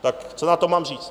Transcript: Tak co na to mám říct?